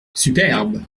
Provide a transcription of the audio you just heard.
superbe